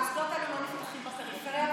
המוסדות האלה לא נפתחים בפריפריה,